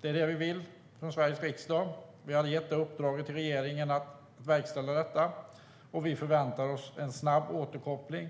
Det är det vi vill från Sveriges riksdag. Vi har gett regeringen i uppdrag att verkställa detta, och vi förväntar oss en snabb återkoppling.